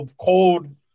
cold